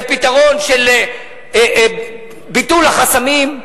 זה פתרון של ביטול החסמים,